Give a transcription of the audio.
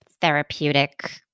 therapeutic